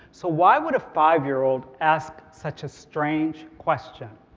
so, why would a five-year-old ask such a strange question?